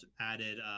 added